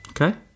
Okay